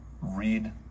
read